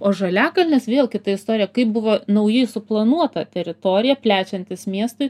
o žaliakalnis vėl kita istorija kaip buvo naujai suplanuota teritorija plečiantis miestui